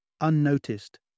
unnoticed